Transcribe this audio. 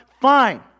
Fine